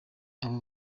abo